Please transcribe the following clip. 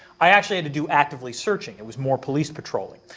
i actually had to do actively searching. it was more police patrolling.